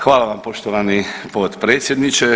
Hvala vam poštovani potpredsjedniče.